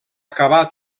acabar